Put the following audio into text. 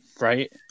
Right